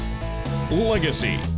Legacy